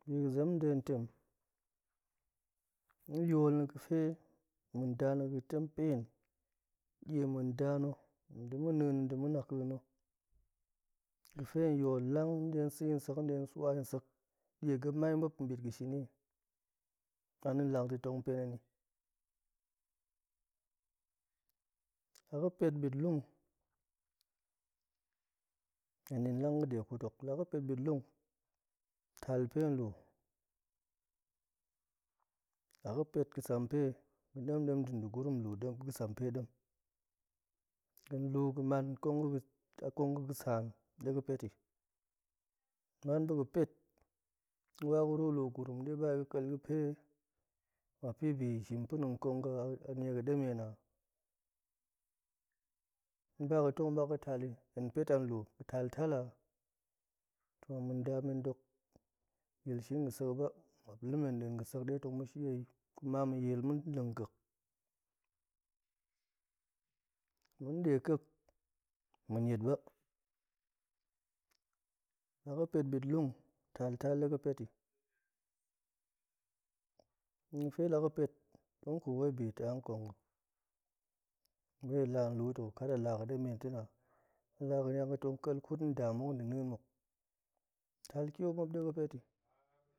Bi ga̱ zem no dega̱ tem tun yol na̱ mun nda na̱ ga̱ga̱ tem pen die ma̱ nda na̱, ɗa̱ ma̱ nien na̱, ɗa̱ ma̱ naƙa̱i na̱ ga̱fe hen yol lang hen detong sa̱ sek swa sek de ga̱mai ma̱p bit ga̱ shini ani lang ta̱ pen heni la ga̱ pet bitlung hen din lang ga̱de kut hok la ga̱ pet bitlung tel pe lu, la ga̱ pet ga̱sam pe ga̱ lu kong lu kong ga̱ ga̱ saan dega̱ peti man ga̱ga̱ pet ga̱ waru lu gurum de ba ga̱ ƙal ga̱pe ma̱pin bi shin pa̱na̱ kong ga̱ anie ga̱ demen a ga̱ ba ga̱ debak ga̱ teli hen pet a lu ga̱ teltel a? To ma̱ nda men dok yil shin ga̱sek hok ba ma̱p lemen din ga̱ sek hok de tong ma̱ shei, kuma ma̱yil ma̱n lang ƙa̱k, ma̱ de ƙa̱k ma̱ niet ba, la ga̱ pet bitlung taltal dega̱ peti nie ga̱fe la ga̱pet ma̱p tong kut ga̱fe bi ta kong ga̱, ga̱ lalu to kat a la ga̱ demen ta̱na a la ga̱ tong niang ƙa̱l ƙut nda muk de nien muk tel tiop ma̱p dega̱ peti,